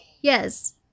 Yes